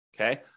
okay